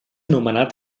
nomenat